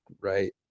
right